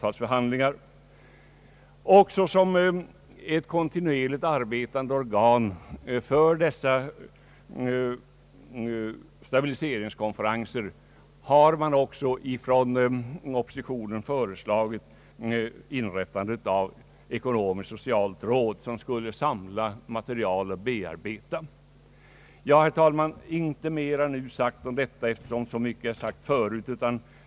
Oppositionen har också — såsom ett kontinuerligt arbetande organ för dessa stabiliseringskonferenser — föreslagit inrättandet av ett ekonomiskt-socialt råd, som skulle samla och bearbeta material. Herr talman! Jag skall inte närmare gå in på detta, eftersom så mycket sagts tidigare.